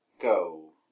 go